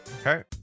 Okay